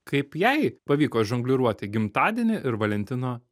kaip jai pavyko žongliruoti gimtadienį ir valentino